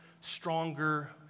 stronger